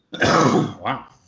Wow